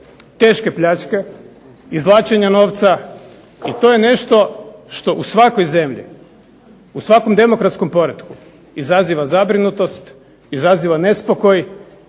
teške pljačke, izvlačenja novca i to je nešto što u svakoj zemlji, u svakom demokratskom poretku izaziva zabrinutost, izaziva nespokoj